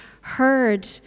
heard